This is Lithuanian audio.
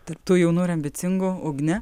tarp tų jaunų ir ambicingų ugne